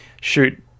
shoot